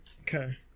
Okay